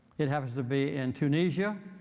it happens to be in tunisia.